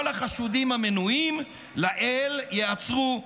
כל החשודים המנויים לעיל ייעצרו.